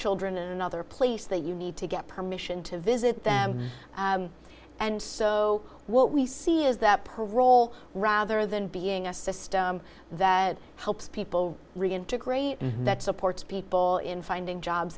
children another place that you need to get permission to visit them and so what we see is that parole rather than being a system that helps people reintegrate that supports people in finding jobs